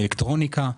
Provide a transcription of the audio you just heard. באלקטרוניקה,